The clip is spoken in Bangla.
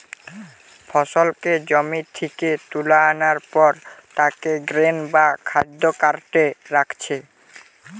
ফসলকে জমি থিকে তুলা আনার পর তাকে গ্রেন বা খাদ্য কার্টে রাখছে